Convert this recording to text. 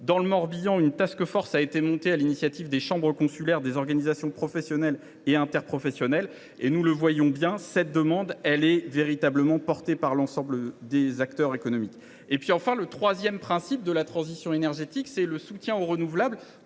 Dans le Morbihan, une a été mise en place, sur l’initiative des chambres consulaires, des organisations professionnelles et interprofessionnelles. Nous constatons que cette demande est véritablement portée par l’ensemble des acteurs économiques. Enfin, si le troisième principe de la transition énergétique est le soutien aux énergies